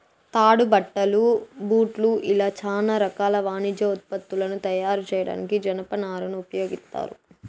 తాడు, బట్టలు, బూట్లు ఇలా చానా రకాల వాణిజ్య ఉత్పత్తులను తయారు చేయడానికి జనపనారను ఉపయోగిత్తారు